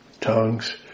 tongues